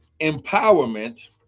empowerment